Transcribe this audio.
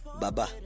Baba